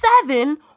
seven